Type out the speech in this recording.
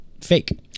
fake